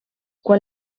quan